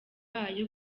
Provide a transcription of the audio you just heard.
bayo